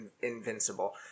invincible